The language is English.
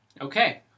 Okay